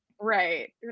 right